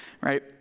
right